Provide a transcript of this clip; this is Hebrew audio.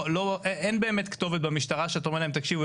אין באמת כתובת במשטרה שאתה אומר להם 'תקשיבו,